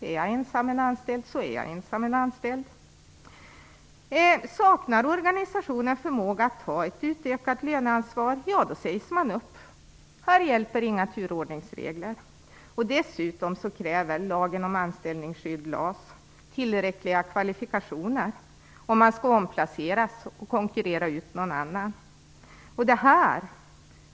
Är jag ensam anställd, så är jag ensam anställd. Saknar organisationen förmåga att ta ett utökat löneansvar sägs man upp. Här hjälper inga turordningsregler. Dessutom kräver lagen om anställningsskydd, LAS, tillräckliga kvalifikationer om man skall omplaceras och konkurrera ut någon annan.